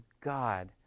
God